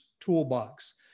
toolbox